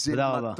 תודה רבה.